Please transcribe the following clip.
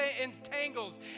entangles